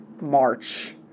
March